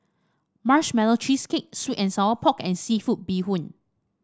Marshmallow Cheesecake sweet and Sour Pork and seafood Bee Hoon